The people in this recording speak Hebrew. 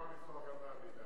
מותר לנסוע גם בעמידה.